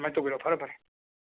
ꯑꯗꯨꯃꯥꯏ ꯇꯧꯕꯤꯔꯣ ꯐꯔꯦ ꯐꯔꯦ